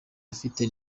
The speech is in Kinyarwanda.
afite